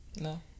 No